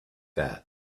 that